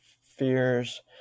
fears